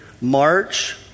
March